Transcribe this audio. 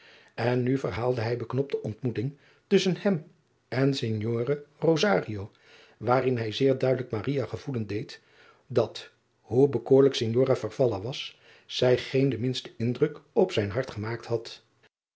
n nu verhaalde hij beknopt de ontmoeting tusschen hem en ignore waarin hij zeer duidelijk gevoelen deed dat hoe bekoorlijk ignora was zij geen den minsten indruk op zijn hart gemaakt had